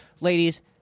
Ladies